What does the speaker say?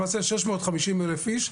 למעשה 650 אלף איש,